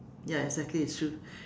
ya exactly it's true